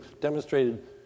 demonstrated